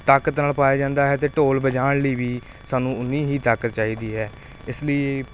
ਤਾਕਤ ਨਾਲ ਪਾਇਆ ਜਾਂਦਾ ਹੈ ਅਤੇ ਢੋਲ ਵਜਾਉਣ ਲਈ ਵੀ ਸਾਨੂੰ ਓਨੀ ਹੀ ਤਾਕਤ ਚਾਹੀਦੀ ਹੈ ਇਸ ਲਈ